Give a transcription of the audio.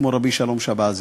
כמו רבי שלום שבזי.